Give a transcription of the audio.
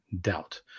doubt